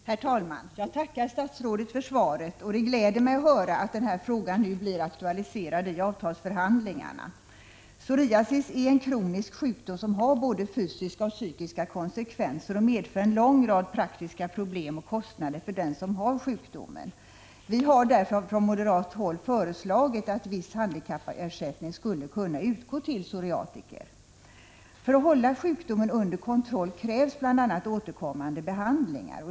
Herr talman! Jag tackar statsrådet för svaret. Det gläder mig att höra att frågan nu blir aktualiserad i avtalsförhandlingarna. Psoriasis är en kronisk sjukdom som har både fysiska och psykiska konsekvenser och medför en lång rad praktiska problem och kostnader för den som har sjukdomen. Vi har därför från moderat håll föreslagit att viss handikappersättning skulle kunna utgå till psoriatiker. För att hålla sjukdomen under kontroll krävs bl.a. återkommande behandlingar.